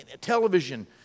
television